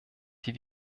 die